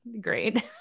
great